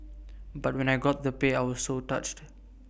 but when I got the pay I was so touched